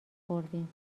خوردیم